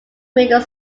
middle